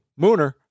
Mooner